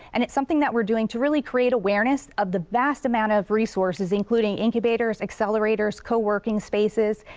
and it's something that we're doing to really create awareness of the vast amount of resources, including incubators, accelerators, co-working spaces,